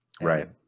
Right